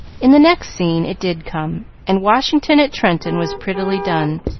in the next scene it did come, and washington at trenton was prettily done.